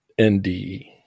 NDE